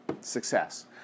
success